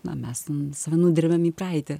na mes save nudrebiam į praeitį